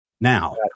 Now